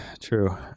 True